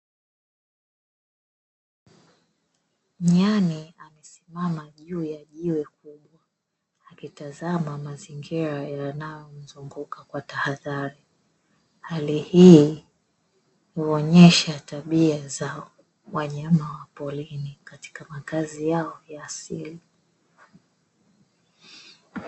Nyani amesimama juu ya jiwe kubwa akitazama mazingira yanayomzunguka kwa tahadhari, hali huonesha tabia zao wanyama wa porini katika makazi yao ya asili.